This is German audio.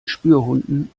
spürhunden